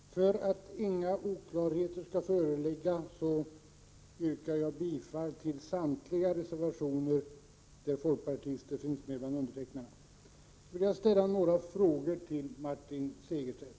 Herr talman! För att inga oklarheter skall föreligga yrkar jag härmed bifall till samtliga reservationer där folkpartister finns med bland dem som har undertecknat. Jag vill ställa några frågor till Martin Segerstedt.